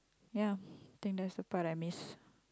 ya I think that's the part I miss